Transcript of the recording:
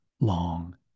long